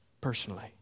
personally